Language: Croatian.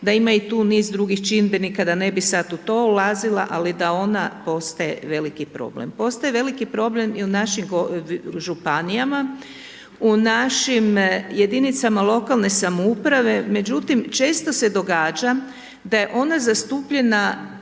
da ima i tu niz drugih čimbenika, da ne bi sad u to ulazila, ali da ona postaje veliki problem, postaje veliki problem i u našim županijama, u našim jedinicama lokalne samouprave. Međutim, često se događa da je ona zastupljena